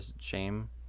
shame